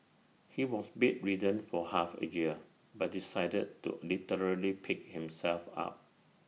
he was bedridden for half A year but decided to literally pick himself up